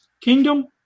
kingdom